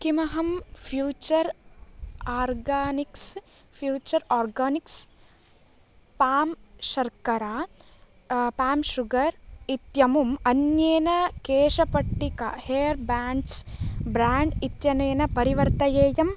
किम् अहं Future Organics Future Organics palm शर्करा अ पाम् शुगर् इत्यमुम् अन्येन केशपट्टिका हेर् बान्ड्स् ब्राण्ड् इत्यनेन परिवर्तयेयम्